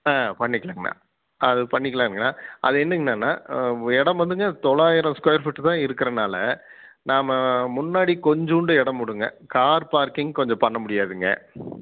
ஆ பண்ணிக்கலாங்க அண்ணா அது பண்ணிக்கலாம்ங்க அது என்னங்கலாம்ண்ணா அது வந்து தொள்ளாயிரம் ஸ்கொயர் ஃபீட் தான் இருக்கிறனால நாம முன்னாடி கொஞ்சோண்டு இடம் விடுங்க கார் பார்க்கிங் கொஞ்சம் பண்ண முடியாதுங்க